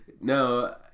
No